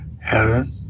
heaven